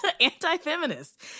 anti-feminist